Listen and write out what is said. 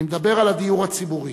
אני מדבר על הדיור הציבורי.